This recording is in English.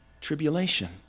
tribulation